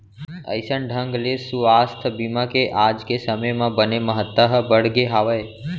अइसन ढंग ले सुवास्थ बीमा के आज के समे म बने महत्ता ह बढ़गे हावय